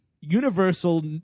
Universal